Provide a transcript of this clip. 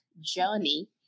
journey